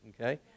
okay